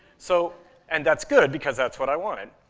so and that's good because that's what i wanted.